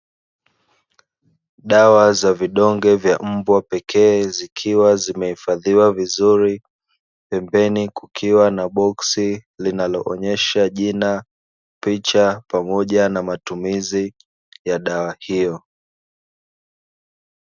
Dawa za vidonge vya mbwa pekee zikiwa zimehifadhiwa vizuri, pembeni kukiwa na boksi linaloonesha jina, picha, pamoja na matumizi ya dawa hio.